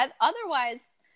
otherwise